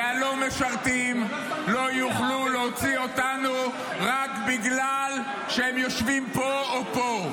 והלא-משרתים לא יוכלו להוציא אותנו בגלל שהם יושבים פה או פה,